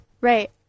Right